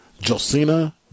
Josina